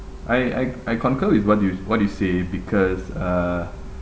I I I concur with what you what you say because uh